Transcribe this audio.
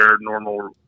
normal